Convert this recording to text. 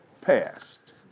passed